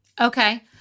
Okay